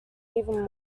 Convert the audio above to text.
even